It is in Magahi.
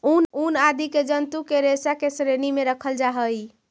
ऊन आदि के जन्तु के रेशा के श्रेणी में रखल जा हई